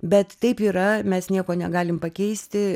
bet taip yra mes nieko negalim pakeisti